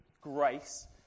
grace